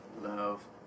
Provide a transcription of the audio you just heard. love